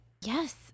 Yes